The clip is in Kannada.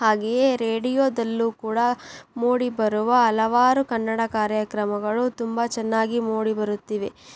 ಹಾಗೆಯೇ ರೇಡಿಯೋದಲ್ಲೂ ಕೂಡ ಮೂಡಿಬರುವ ಹಲವಾರು ಕನ್ನಡ ಕಾರ್ಯಕ್ರಮಗಳು ತುಂಬ ಚೆನ್ನಾಗಿ ಮೂಡಿಬರುತ್ತಿವೆ